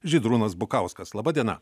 žydrūnas bukauskas laba diena